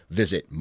visit